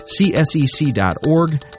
csec.org